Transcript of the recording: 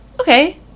okay